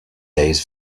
days